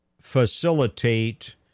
facilitate